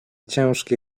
ciężkie